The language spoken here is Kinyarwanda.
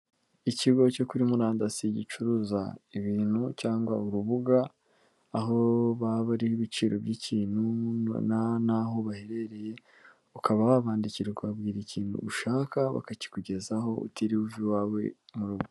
Ikigo cyo kuri murandasi gicuruza ibintu cyangwa urubuga aho baba ari ibiciro by'ikintu n'aho baherereye ukaba wabandikira ukababwira ikintu ushaka bakakikugezaho utiriwe uva iwawe mu rugo.